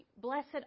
blessed